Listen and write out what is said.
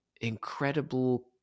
incredible